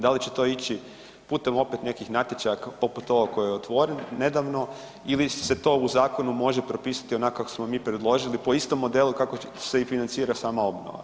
Da li će to ići putem opet nekih natječaja, poput ovog koji je otvoren nedavno ili se to u zakonu može propisati onako kako smo mi predložili po istom modelu kako se i financira sama obnova?